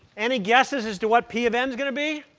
any guesses as to what p of n is going to be?